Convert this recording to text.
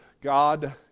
God